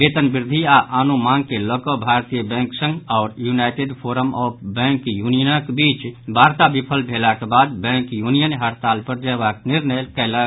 वेतन वृद्वि आ आनो मांग के लऽ कऽ भारतीय बैंक संघ आओर यूनाईटेड फोरम ऑफ बैंक यूनियनक बीच वार्ता विफल भेलाक बाद बैंक यूनियन हड़ताल पर जयबाक निर्णय कयलक